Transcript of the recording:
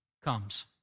comes